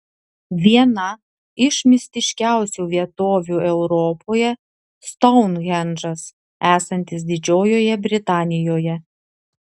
viena iš mistiškiausių vietovių europoje stounhendžas esantis didžiojoje britanijoje